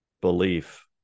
belief